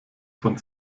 von